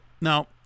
Now